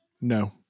No